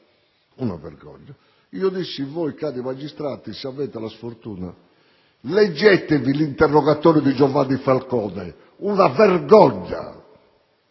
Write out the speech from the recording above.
vera vergogna - dissi: voi, cari magistrati se avete la sfortuna, leggetevi l'interrogatorio di Giovanni Falcone: una vergogna.